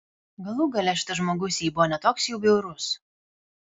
galų gale šitas žmogus jai buvo ne toks jau bjaurus